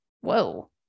whoa